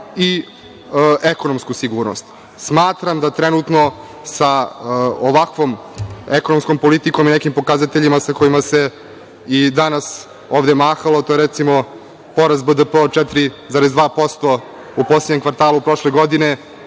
i ekonomsku sigurnost. Smatram da trenutno sa ovakvom ekonomskom politikom i nekim pokazateljima, sa kojima se i danas ovde mahalo, to je recimo poraz BDP-a od 4,2% u poslednjem kvartalu prošle godine,